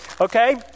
okay